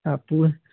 हा पूल्